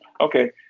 okay